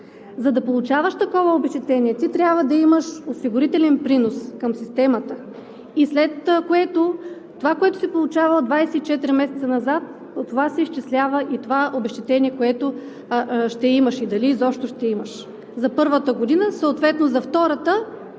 За да получаваш такова обезщетение, трябва да имаш осигурителен принос към системата, след което това, което си получавал 24 месеца назад, по това се изчислява и обезщетението, което ще имаш и дали изобщо ще имаш за първата година, съответно за втората